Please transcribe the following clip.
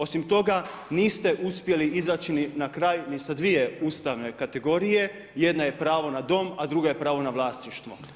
Osim toga niste uspjeli izaći ni na kraj ni sa dvije ustavne kategorije, jedna je pravo na dom, a druga je pravo na vlasništvo.